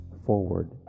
forward